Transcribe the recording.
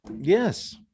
yes